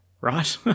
right